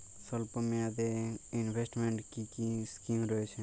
স্বল্পমেয়াদে এ ইনভেস্টমেন্ট কি কী স্কীম রয়েছে?